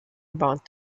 about